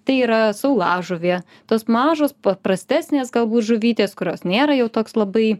tai yra saulažuvė tos mažos paprastesnės galbūt žuvytės kurios nėra jau toks labai